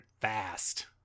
fast